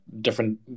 different